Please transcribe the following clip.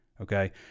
Okay